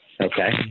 Okay